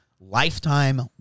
lifetime